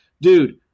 dude